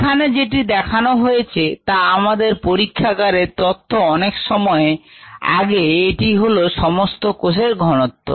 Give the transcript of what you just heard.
এখানে যেটি দেখানো হয়েছে তা আমাদের পরীক্ষাগারের তথ্য অনেক সময় আগে এটি হলো সমস্ত কোষের ঘনত্ব